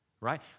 right